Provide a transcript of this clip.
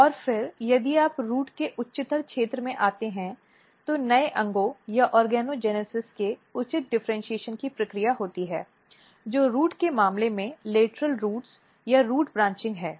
और फिर यदि आप रूट के उच्चतर क्षेत्र में आते हैं तो नए अंगों या ऑर्गोजेनेसिस के उचित डिफ़र्इन्शीएशन की प्रक्रिया होती है जो रूट के मामले में लेटरल रूट या रूट ब्रांचिंग है